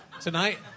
tonight